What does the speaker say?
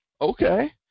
okay